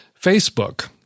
Facebook